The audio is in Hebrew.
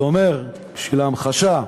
זה אומר, בשביל ההמחשה,